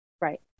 Right